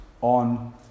on